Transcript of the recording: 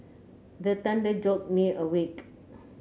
the thunder jolt me awake